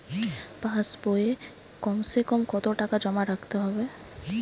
পাশ বইয়ে কমসেকম কত টাকা জমা রাখতে হবে?